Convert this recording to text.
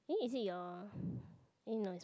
eh is it your eh no